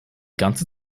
ganze